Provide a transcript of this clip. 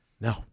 No